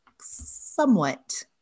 somewhat